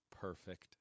perfect